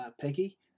Peggy